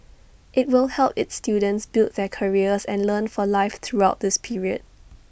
IT will help its students build their careers and learn for life throughout this period